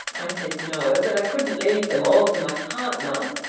i said no, but i couldn't leave them all to my partner.